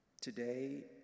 Today